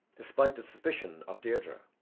despite the suspicion of deirdre.